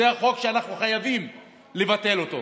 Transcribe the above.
זה החוק שאנחנו חייבים לבטל אותו.